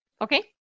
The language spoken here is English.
Okay